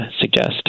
suggest